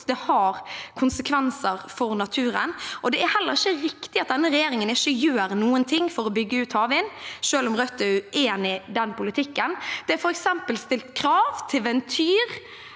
Det har konsekvenser for naturen. Det er heller ikke riktig at denne regjeringen ikke gjør noen ting for å bygge ut havvind, selv om Rødt er uenig i den politikken. Det er f.eks. stilt krav til Ventyr